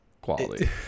quality